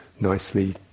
nicely